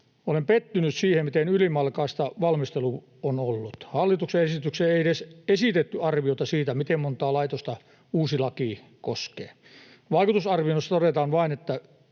Olen pettynyt siihen, miten ylimalkaista valmistelu on ollut. Hallituksen esityksessä ei edes esitetty arviota siitä, miten montaa laitosta uusi laki koskee. Vaikutusarvioinnissa todetaan vain, että